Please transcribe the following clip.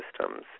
systems